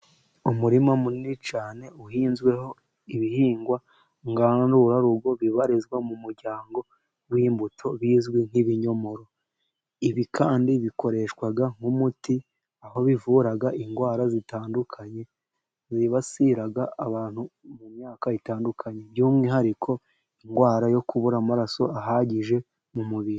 Umurima munini cyane uhinzweho ibihingwa ngandurarugo bibarizwa mu muryango w'imbuto bizwi nk'ibinyomoro, ibi kandi bikoreshwa nk'umuti aho bivura indwara zitandukanye zibasira abantu mu myaka itandukanye, by'umwihariko indwara yo kubura amaraso ahagije mu mubiri.